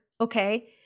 Okay